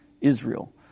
Israel